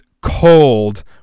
cold